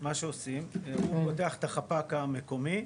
מה שעושים, הוא פותח את החפ"ק המקומי,